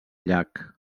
llac